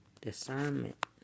Discernment